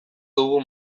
dugu